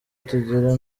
tugira